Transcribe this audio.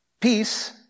peace